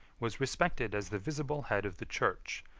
was respected as the visible head of the church,